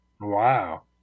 Wow